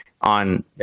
on